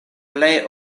plej